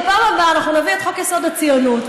בפעם הבאה אנחנו נביא את חוק-יסוד: הציונות,